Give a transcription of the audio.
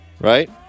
Right